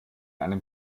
einen